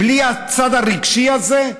בלי הצד הרגשי הזה,